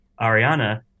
Ariana